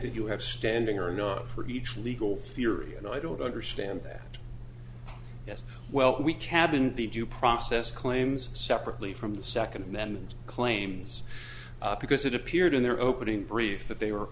that you have standing or not for each legal theory and i don't understand that as well we cabined the due process claims separately from the second amendment claims because it appeared in their opening brief that they were